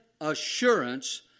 assurance